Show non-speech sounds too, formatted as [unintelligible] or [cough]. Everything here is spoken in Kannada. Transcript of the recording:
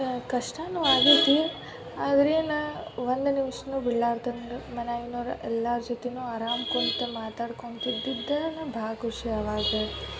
ಕಷ್ಟವೂ ಆಗೈತಿ ಆದ್ರೆನು ಒಂದು ನಿಮಿಷನೂ ಬಿಡ್ಲಾರ್ದಂಗೆ [unintelligible] ಎಲ್ಲಾರ ಜೊತೆನೂ ಆರಾಮ ಕುಂತು ಮಾತಾಡ್ಕೊಂತಿದ್ದಿದ್ದು ನಮ್ಮ ಭಾಳ ಖುಷಿ ಆವಾಗ